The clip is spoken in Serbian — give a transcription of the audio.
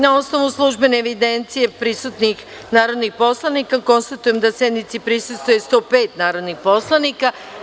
Na osnovu službene evidencije o prisutnosti narodnih poslanika, konstatujem da sednici prisustvuje 105 narodnih poslanika.